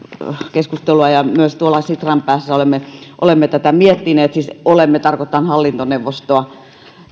keskustelua ja myös tuolla sitran päässä olemme olemme tätä miettineet siis olemme tarkoittaa hallintoneuvostoa